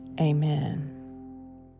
Amen